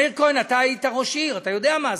מאיר כהן, אתה היית ראש עיר, אתה יודע מה זה.